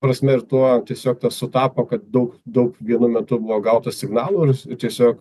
prasme ir tuo tiesiog tas sutapo kad daug daug vienu metu buvo gauta signalų ir tiesiog